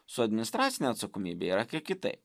su administracine atsakomybe yra kitaip